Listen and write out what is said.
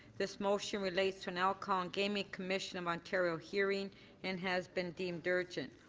this motion relates to an alcohol gaming commission um ontario hearing and has been deemed urgent.